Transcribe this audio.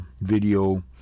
video